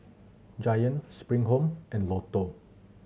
Giant Spring Home and Lotto